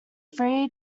three